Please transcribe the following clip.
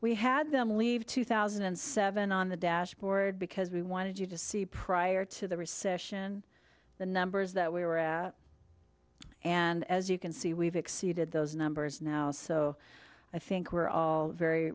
we had them leave two thousand and seven on the dashboard because we wanted you to see prior to the recession the numbers that we were and as you can see we've exceeded those numbers now so i think we're all very